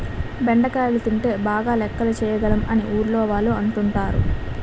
బెండకాయలు తింటే బాగా లెక్కలు చేయగలం అని ఊర్లోవాళ్ళు అంటుంటారు